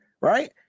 right